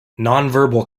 nonverbal